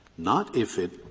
not if it